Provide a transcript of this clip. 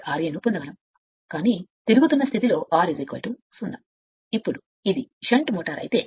ఇప్పుడు ఇది ఒక ra మరియు ఇది s షంట్ మోటర్ అయితే